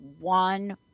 one